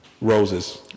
roses